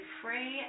free